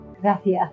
Gracias